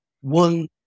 one